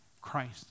Christ